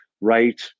right